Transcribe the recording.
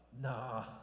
Nah